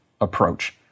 approach